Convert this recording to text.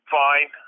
fine